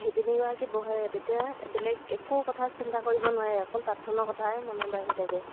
শিপিনীগৰাকী বহে তেতিয়া বেলেগ একো কথা চিন্তা কৰিব নোৱাৰে অকল তাঁতখনৰ কথাই মনলৈ আহি থাকে